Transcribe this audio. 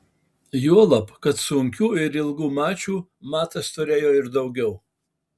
juolab kad sunkių ir ilgų mačų matas turėjo ir daugiau